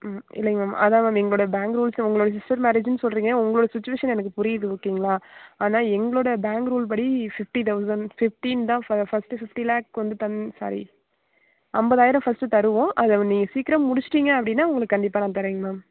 ம் இல்லைங்க மேம் அதான் மேம் எங்களோட பேங்க் ரூல்ஸ் உங்களோட சிஸ்டர் மேரேஜின் சொல்லுறீங்க உங்களோட சுச்சுவேஷன் எனக்கு புரியுது ஓகேங்களா ஆனால் எங்களோட பேங்க் ரூல் படி ஃபிஃப்டி தௌசண்ட் ஃபிஃப்டீன் தான் ஃப ஃபர்ஸ்ட்டு ஃபிஃப்டி லேக் வந்து தந்து சாரி ஐம்பதாயிரம் ஃபர்ஸ்ட்டு தருவோம் அதை நீங்கள் சீக்கிரம் முடிஷ்ட்டிங்க அப்படின்னா உங்களுக்கு கண்டிப்பாக நான் தரேங்க மேம்